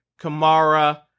kamara